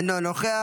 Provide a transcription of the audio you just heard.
אינו נוכח.